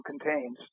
contains